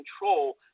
control